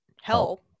help